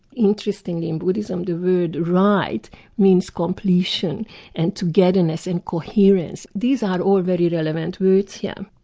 interestingly, in buddhism the word right means conclusion and togetherness and coherence these are all very relevant words yeah